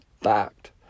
fact